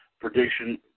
prediction